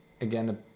again